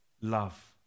love